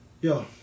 yo